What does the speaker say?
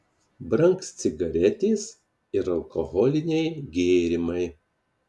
brangs cigaretės ir alkoholiniai gėrimai